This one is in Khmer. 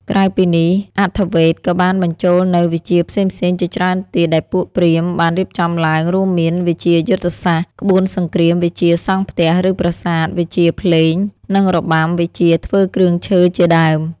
ក្រៅពីនេះ អថវ៌េទក៏បានបញ្ចូលនូវ វិជ្ជាផ្សេងៗជាច្រើនទៀត ដែលពួកព្រាហ្មណ៍បានរៀបចំឡើង រួមមាន វិជ្ជាយុទ្ធសាស្ត្រ ក្បួនសង្គ្រាម វិជ្ជាសង់ផ្ទះ ឬប្រាសាទ វិជ្ជាភ្លេង និងរបាំ វិជ្ជាធ្វើគ្រឿងឈើ ជាដើម។